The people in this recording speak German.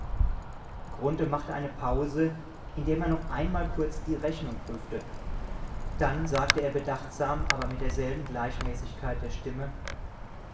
machte eine pause indem er noch einmal kurz die rechnung prüfte dann sagte er bedachtsam aber mit derselben gleichmäßigkeit der stimme